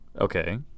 okay